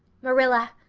marilla,